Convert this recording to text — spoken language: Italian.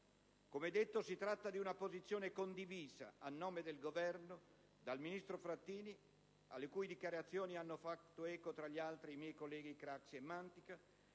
Come detto, si tratta di una posizione condivisa, a nome del Governo, dal ministro Frattini, alle cui dichiarazioni hanno fatto eco, tra gli altri, i miei colleghi Craxi e Mantica,